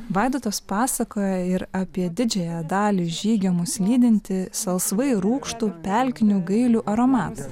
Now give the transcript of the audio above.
vaidotas pasakoja ir apie didžiąją dalį žygio mus lydinti salsvai rūgštų pelkinių gailių aromatą